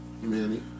Manny